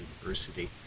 university